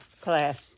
class